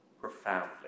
profoundly